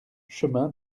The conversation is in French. chemin